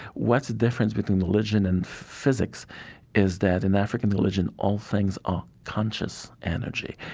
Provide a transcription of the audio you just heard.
what's the difference between religion and physics is that in african religion, all things are conscious energy.